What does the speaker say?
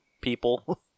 people